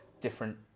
different